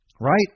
right